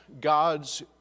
God's